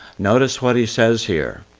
notice what he says here.